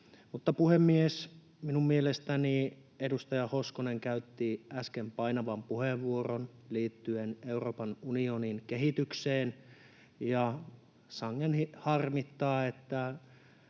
Puhemies! Minun mielestäni edustaja Hoskonen käytti äsken painavan puheenvuoron liittyen Euroopan unionin kehitykseen, ja sangen harmittaa, että